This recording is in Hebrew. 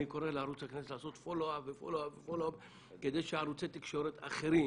אני קורא לערוץ הכנסת לעשות פולו-אפ כדי שערוצי תקשורת אחרים